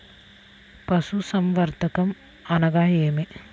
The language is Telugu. పశుసంవర్ధకం అనగానేమి?